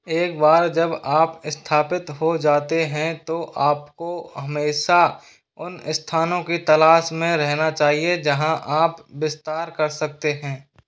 एक बार जब आप स्थापित हो जाते हैं तो आपको हमेशा उन स्थानों की तलाश में रहना चाहिए जहाँ आप विस्तार कर सकते हैं